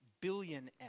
billion